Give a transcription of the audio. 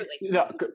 No